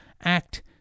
act